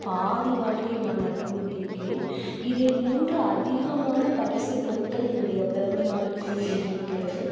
பாதி வாழ்க்கையை நான் அர்பணித்திருக்கிறேன் இதைப் போன்று அதிகமான பரிசுப்பொருட்கள் என்னுடைய பிறந்தநாளுக்கும் வந்திருக்கிறது